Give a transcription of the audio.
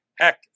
Heck